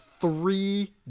three